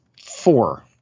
four